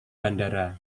bandara